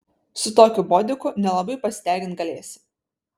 su tokiu bodiku nelabai pasidegint galėsi